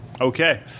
Okay